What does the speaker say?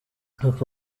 papa